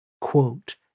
quote